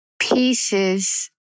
pieces